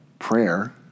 prayer